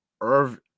Irv